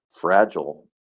fragile